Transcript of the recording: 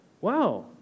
Wow